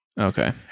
okay